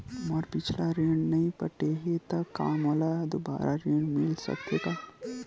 मोर पिछला ऋण नइ पटे हे त का मोला दुबारा ऋण मिल सकथे का?